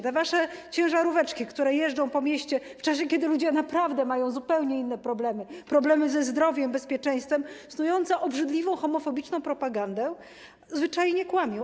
Te wasze ciężaróweczki, które jeżdżą po mieście, w czasie kiedy ludzie naprawdę mają zupełnie inne problemy, problemy ze zdrowiem, bezpieczeństwem, snują obrzydliwą homofobiczną propagandę i zwyczajnie kłamią.